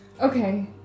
okay